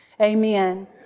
Amen